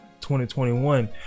2021